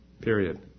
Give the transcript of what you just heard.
Period